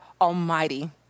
Almighty